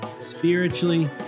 Spiritually